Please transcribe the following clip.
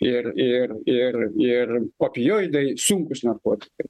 ir ir ir ir opioidai sunkūs narkotikai